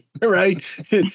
Right